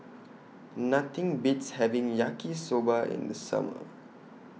Nothing Beats having Yaki Soba in The Summer